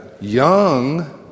Young